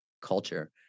culture